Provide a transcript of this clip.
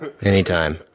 anytime